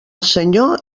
senyor